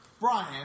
Brian